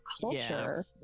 culture